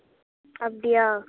அப்படியா